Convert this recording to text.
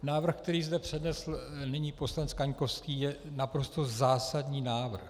Návrh, který zde přednesl nyní pan poslanec Kaňkovský, je naprosto zásadní návrh.